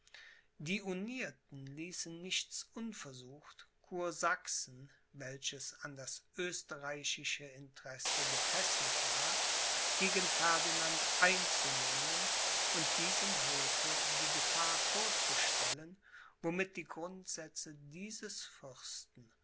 die unierten ließen nichts unversucht kursachsen welches an das österreichische interesse gefesselt war gegen ferdinand einzunehmen und diesem hofe die gefahr vorzustellen womit die grundsätze dieses fürsten